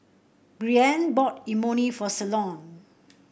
Breann bought Imoni for Ceylon